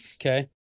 Okay